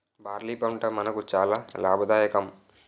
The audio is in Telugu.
బార్లీ పంట మనకు చాలా లాభదాయకం